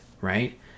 right